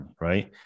Right